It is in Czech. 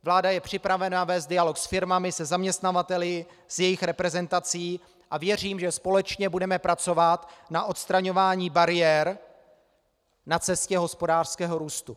Vláda je připravena vést dialog s firmami, se zaměstnavateli, s jejich reprezentací a věřím, že společně budeme pracovat na odstraňování bariér na cestě hospodářského růstu.